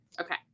Okay